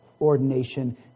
ordination